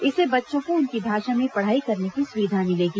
इससे बच्चों को उनकी भाषा में पढ़ाई करने की सुविधा मिलेगी